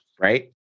right